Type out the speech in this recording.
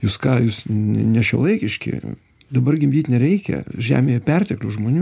jūs ką jūs ne nešiuolaikiški dabar gimdyt nereikia žemėje perteklius žmonių